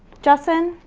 justin?